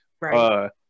Right